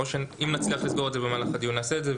אם נצליח לסגור את זה במהלך הדיון נעשה את זה,